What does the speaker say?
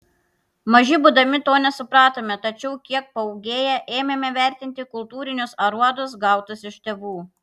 maži būdami to nesupratome tačiau kiek paūgėję ėmėme vertinti kultūrinius aruodus gautus iš tėvų